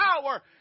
power